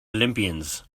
olympians